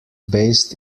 based